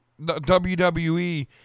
WWE